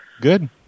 Good